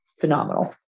phenomenal